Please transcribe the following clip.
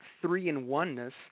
three-in-oneness